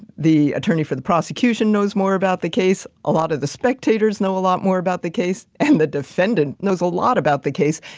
the attorney for the prosecution knows more about the case, a lot of the spectators know a lot more about the case, and the defendant and knows a lot about the case.